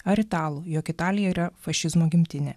ar italų jog italija yra fašizmo gimtinė